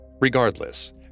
Regardless